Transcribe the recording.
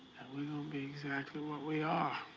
we're gonna be exactly what we are.